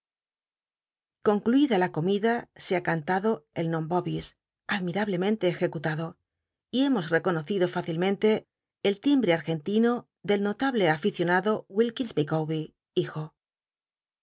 concluida la comida se ha cantado el non vubis concluid admitablemente ejecutado y hemos reconocido fácilmente el timbre argentino del notable aficionado wi lkins l ficawber hijo